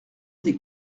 des